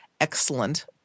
excellent